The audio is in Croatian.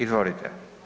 Izvolite.